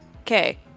Okay